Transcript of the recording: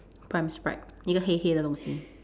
pram strap 那个黑黑的东西